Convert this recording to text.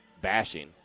bashing